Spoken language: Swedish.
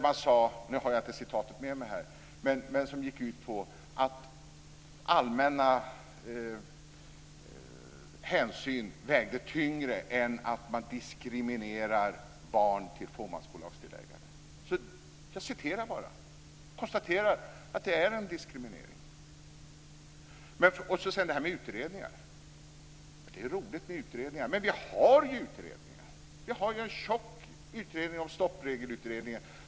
Jag har inte citatet med mig här i talarstolen, men det gick ut på att allmänna hänsyn vägde tyngre än att man diskriminerar barn till fåmansbolagsdelägare. Jag citerade bara och konstaterade att det är en diskriminering. Det är roligt med utredningar, men vi har ju utredningar. Vi har en tjock utredning om stoppreglerna.